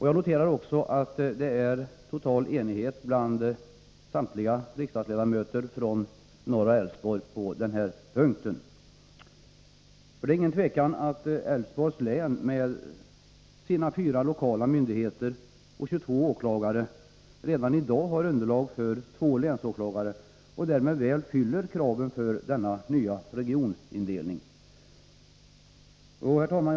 Jag noterar också att 117 det råder total enighet bland samtliga riksdagsledamöter från norra Älvsborg på denna punkt. Det är inget tvivel om att Älvsborgs län med sina 4 lokala myndigheter och 22 åklagare redan i dag har underlag för 2 länsåklagare och därmed väl fyller kraven för denna nya regionindelning. Herr talman!